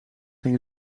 gaan